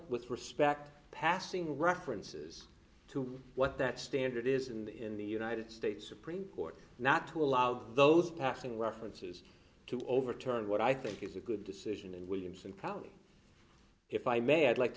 with respect passing references to what that standard is and in the united states supreme court not to allow those passing references to overturn what i think is a good decision and williamson probably if i may i'd like to